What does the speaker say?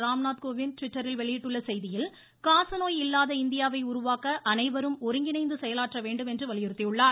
ராம்நாத் கோவிந்த் ட்விட்டரில் வெளியிட்டுள்ள செய்தியில் காசநோய் இல்லாத இந்தியாவை உருவாக்க அனைவரும் ஒருங்கிணைந்து செயலாற்ற வேண்டும் என்று வலியுறுத்தியுள்ளார்